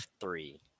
three